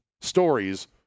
stories